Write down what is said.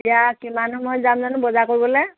এতিয়া কিমান সময়ত যাম জানো বজাৰ কৰিবলৈ